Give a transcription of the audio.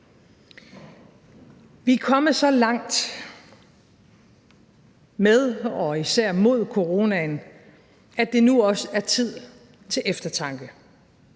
Vi er kommet så langt med og især mod coronaen, at det nu også er tid til eftertanke.